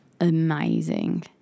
amazing